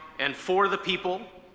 and for the people,